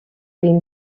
been